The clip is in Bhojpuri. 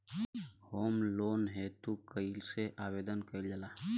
होम लोन हेतु कइसे आवेदन कइल जाला?